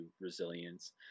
resilience